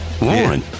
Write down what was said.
Lauren